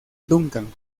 duncan